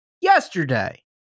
yesterday